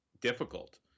difficult